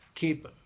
keep